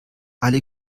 alle